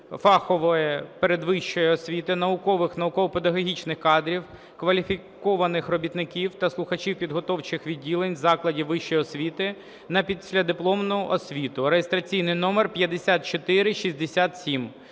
фаховою передвищою освітою, наукових, науково-педагогічних кадрів, кваліфікованих робітників та слухачів підготовчих відділень закладів вищої освіти, на післядипломну освіту (реєстраційний номер 5467).